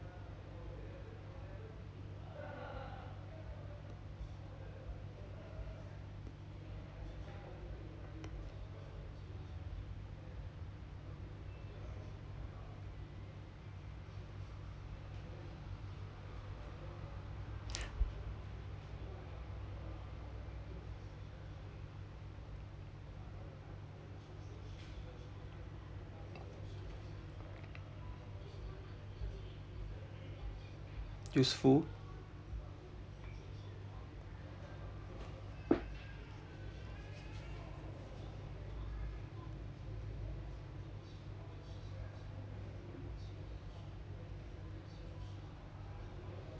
useful